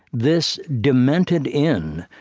this demented inn,